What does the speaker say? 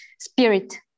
spirit